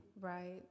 Right